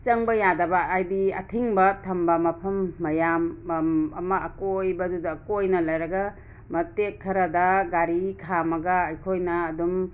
ꯆꯪꯕ ꯌꯥꯗꯕ ꯍꯥꯏꯗꯤ ꯑꯊꯤꯡꯕ ꯊꯝꯕ ꯃꯐꯝ ꯃꯌꯥꯝ ꯑꯃ ꯑꯀꯣꯏꯕꯗꯨꯗ ꯀꯣꯏꯅ ꯂꯩꯔꯒ ꯃꯇꯦꯛ ꯈꯔꯗ ꯒꯥꯔꯤ ꯈꯥꯝꯃꯒ ꯑꯩꯈꯣꯏꯅ ꯑꯗꯨꯝ